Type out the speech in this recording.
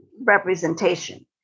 representation